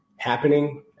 Happening